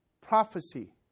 prophecy